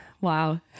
Wow